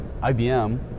IBM